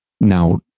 Now